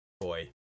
Boy